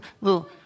Little